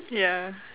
ya